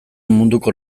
munduko